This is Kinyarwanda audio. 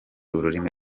ururimi